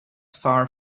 far